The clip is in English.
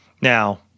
Now